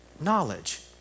knowledge